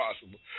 possible